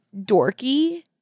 dorky